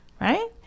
right